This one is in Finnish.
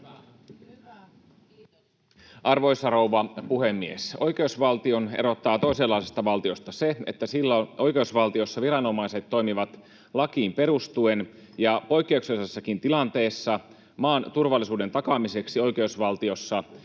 Arvoisa rouva puhemies! Oikeusvaltion erottaa toisenlaisesta valtiosta se, että oikeusvaltiossa viranomaiset toimivat lakiin perustuen ja poikkeuksellisessakin tilanteessa maan turvallisuuden takaamiseksi oikeusvaltiossa käydään